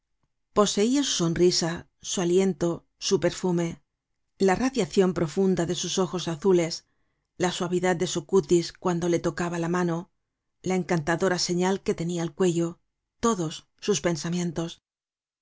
su sonrisa su aliento su perfume la radiacion profunda de sus ojos azules la suavidad de su cutis cuando le tocaba la mano la encantadora señal que tenia al cuello todos sus pensamientos